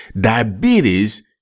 diabetes